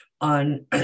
on